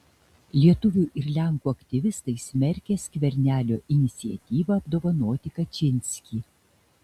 lietuvių ir lenkų aktyvistai smerkia skvernelio iniciatyvą apdovanoti kačynskį